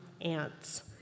ants